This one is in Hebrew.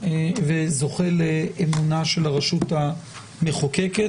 וזוכה לאמונה של הרשות המחוקקת,